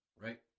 Right